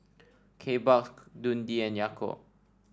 Kbox Dundee and Yakult